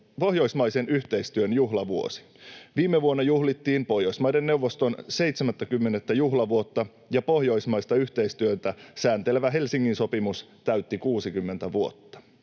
pohjoismaisen yhteistyön juhlavuosi. Viime vuonna juhlittiin Pohjoismaiden neuvoston 70. juhlavuotta ja pohjoismaista yhteistyötä sääntelevä Helsingin sopimus täytti 60 vuotta.